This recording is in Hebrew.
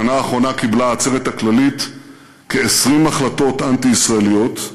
בשנה האחרונה קיבלה העצרת הכללית כ-20 החלטות אנטי-ישראליות,